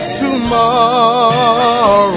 tomorrow